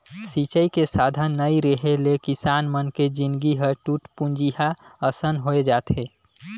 सिंचई के साधन नइ रेहे ले किसान मन के जिनगी ह टूटपुंजिहा असन होए जाथे